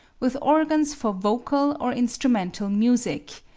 with organs for vocal or instrumental music,